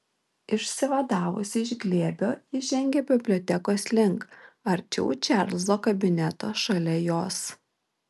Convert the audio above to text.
išsivadavusi iš glėbio ji žengė bibliotekos link arčiau čarlzo kabineto šalia jos